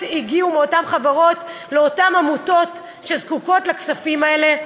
הגיעו מאותן חברות לאותן עמותות שזקוקות לכספים האלה,